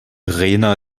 rena